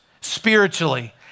spiritually